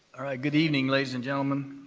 right. good evening, ladies and gentlemen.